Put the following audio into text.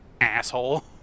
asshole